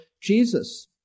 Jesus